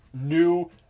new